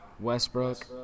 Westbrook